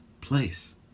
place